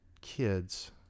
kids